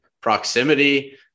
proximity